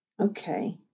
Okay